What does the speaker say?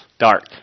dark